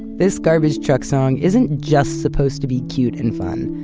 this garbage truck song isn't just supposed to be cute and fun,